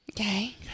Okay